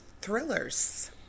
thrillers